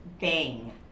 bang